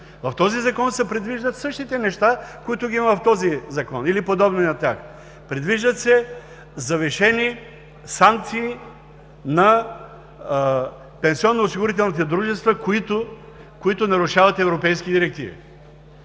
В този Закон се предвиждат същите неща, които ги има, или подобни на тях. Предвиждат се завишени санкции на пенсионно-осигурителните дружества, които нарушават европейски директиви.